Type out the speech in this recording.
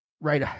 right